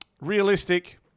realistic